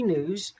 News